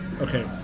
okay